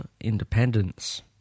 independence